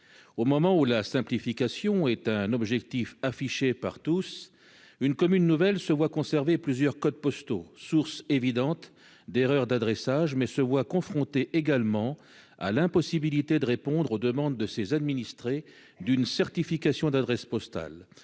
au moment où la simplification est un objectif affiché par tous, une commune nouvelle se voit conserver plusieurs codes postaux source évidente d'erreur d'adressage mais se voit confronté également à l'impossibilité de répondre aux demandes de ses administrés d'une certification d'adresse postale,